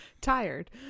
tired